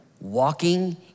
walking